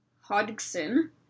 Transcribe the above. Hodgson